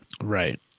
Right